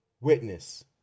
witness